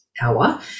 hour